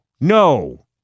no